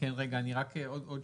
אני רוצה לחדד עוד שאלה.